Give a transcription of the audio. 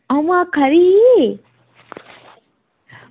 अंऊ आक्खा दी ही